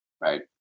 right